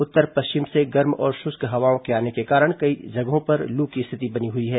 उत्तर पश्चिम से गर्म और शुष्क हवाओं के आने के कारण कई जगहों पर लू की स्थिति बनी हुई है